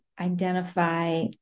identify